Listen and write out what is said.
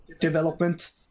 development